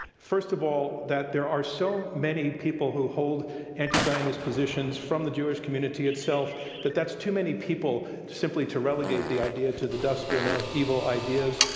first of all, that there are so many people who hold anti-zionist positions from the jewish community itself that that's too many people simply to relegate the idea to the dustbin of evil ideas.